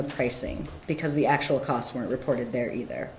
the pricing because the actual costs weren't reported there either